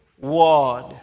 word